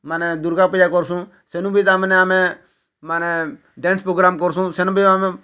ମାନେ ଦୁର୍ଗା ପୂଜା କର୍ସୁଁ ସେନୁ ବି ତାମାନେ ଆମେ ମାନେ ଡ୍ୟାନ୍ସ ପ୍ରୋଗ୍ରାମ୍ କରୁସୁଁ ସେନୁ ବି ଆମେ